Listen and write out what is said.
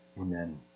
Amen